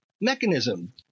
mechanism